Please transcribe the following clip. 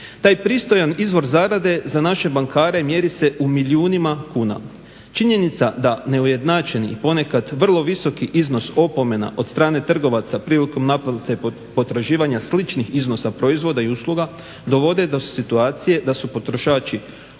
Taj pristojan izvor zarade za naše bankare mjeri se u milijunima kuna. Činjenica da neujednačen i ponekad vrlo visoki iznos opomena od strane trgovaca prilikom naplate potraživanja sličnih iznosa proizvoda i usluga dovode do situacije da su potrošači